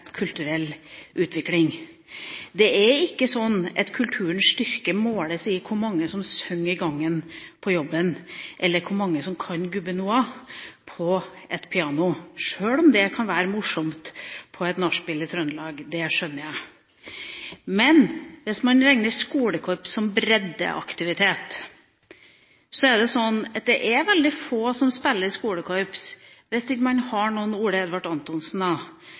kulturell utvikling. Det er ikke slik at kulturens styrke måles i hvor mange som synger i gangen på jobben, eller hvor mange som kan Gubben Noa på et piano, sjøl om det kan være morsomt på et nachspiel i Trøndelag – det skjønner jeg. Hvis man regner skolekorps som breddeaktivitet, er det veldig få som spiller i skolekorps hvis man ikke har noen Ole Edvard Antonsen